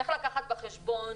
צריך לקחת בחשבון